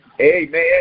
Amen